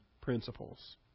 principles